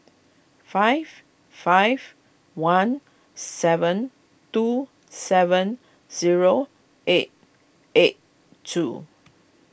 five five one seven two seven zero eight eight two